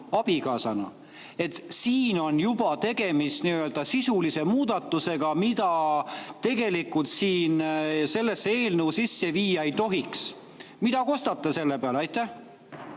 abikaasana. Siin on juba tegemist sisulise muudatusega, mida tegelikult enam sellesse eelnõusse sisse viia ei tohiks. Mida te kostate selle peale? Aitäh,